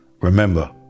Remember